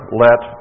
let